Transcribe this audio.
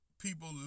people